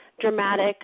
dramatic